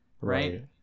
Right